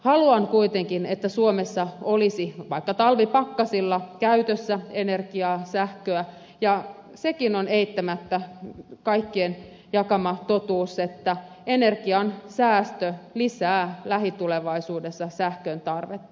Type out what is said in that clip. haluan kuitenkin että suomessa olisi vaikka talvipakkasilla käytössä energiaa sähköä ja sekin on eittämättä kaikkien jakama totuus että energian säästö lisää lähitulevaisuudessa sähkön tarvetta